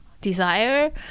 desire